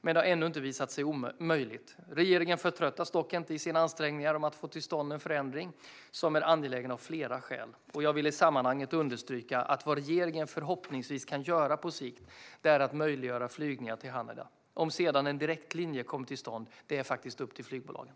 Men det har ännu inte visat sig möjligt. Regeringen förtröttas dock inte i sina ansträngningar att få till stånd en förändring, som är angelägen av flera skäl. Jag vill i sammanhanget understryka att vad regeringen förhoppningsvis kan göra på sikt är att möjliggöra flygningar till Haneda. Det är sedan upp till flygbolagen om en direktlinje ska komma till stånd.